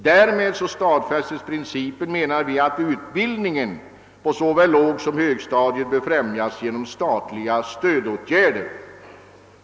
Därmed stadfästes, menar vi, den principen att utbildningen på såväl lågsom högstadiet skall främjas genom statliga stödåtgärder.